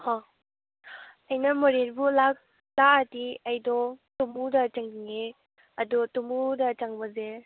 ꯍꯣ ꯑꯩꯅ ꯃꯣꯔꯦꯕꯨ ꯂꯥꯛ ꯂꯥꯛꯑꯗꯤ ꯑꯩꯗꯣ ꯇꯨꯝꯃꯨꯗ ꯆꯪꯅꯤꯡꯉꯦ ꯑꯗꯨ ꯇꯨꯝꯃꯨꯗ ꯆꯪꯕꯁꯦ